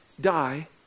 die